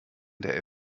der